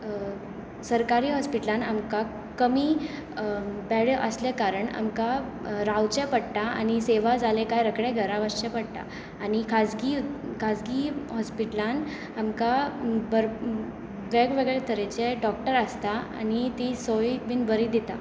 सरकारी हॉस्पिटलान आमकां कमी बॅड आसल्या कारण आमकां रावचें पडटा आनी सेवा जाले काय रोकडें घरा वचचें पडटा आनी खाजगी खाजगी हॉस्पिटलान आमकां भर वेगवेगळे तरेचे डॉक्टर आसता आनी ती सोय बी बरी दिता